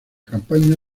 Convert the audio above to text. campaña